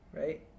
right